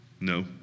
No